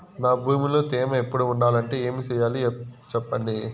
నా భూమిలో తేమ ఎప్పుడు ఉండాలంటే ఏమి సెయ్యాలి చెప్పండి?